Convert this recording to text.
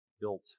built